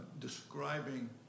describing